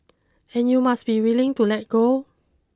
and you must be willing to let go